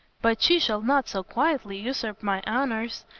but she shall not so quietly usurp my honors.